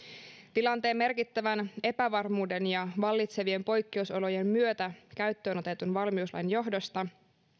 tilanteen merkittävän epävarmuuden ja vallitsevien poikkeusolojen myötä käyttöön otetun valmiuslain johdosta finnveran